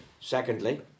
secondly